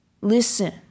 Listen